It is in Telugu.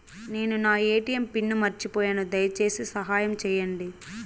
నేను నా ఎ.టి.ఎం పిన్ను మర్చిపోయాను, దయచేసి సహాయం చేయండి